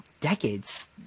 decades